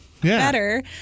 better